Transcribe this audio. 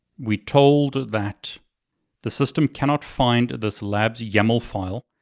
we told that the system cannot find this labs yaml file,